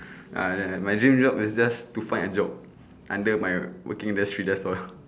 ah my dream job is just to find a job under my working industry that's all